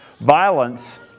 Violence